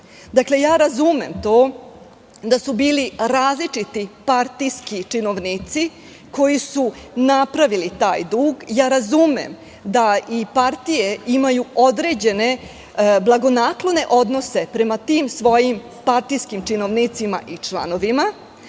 tog duga. Razumem da su bili različiti partijski činovnici koji su napravili taj dug, razumem da i partije imaju određene blagonaklone odnose prema tim svojim partijskim činovnicima i članovima,